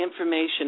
information